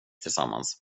tillsammans